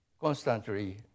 constantly